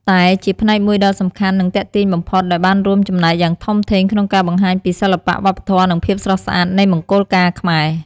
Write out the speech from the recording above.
តែជាផ្នែកមួយដ៏សំខាន់ និងទាក់ទាញបំផុត ដែលបានរួមចំណែកយ៉ាងធំធេងក្នុងការបង្ហាញពី សិល្បៈ វប្បធម៌ និងភាពស្រស់ស្អាត នៃមង្គលការខ្មែរ។